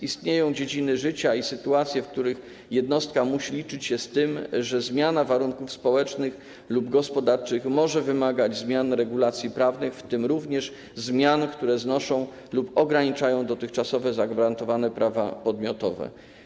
Istnieją dziedziny życia i sytuacje, w których jednostka musi liczyć się z tym, że zmiana warunków społecznych lub gospodarczych może wymagać zmian regulacji prawnych, w tym również zmian, które znoszą lub ograniczają dotychczasowe zagwarantowane prawa podmiotowe.